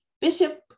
Bishop